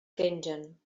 pengen